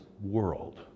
world